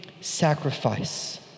sacrifice